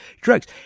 drugs